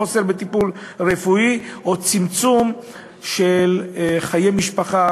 חוסר בטיפול רפואי או צמצום של חיי משפחה